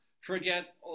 forget